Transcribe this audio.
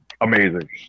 amazing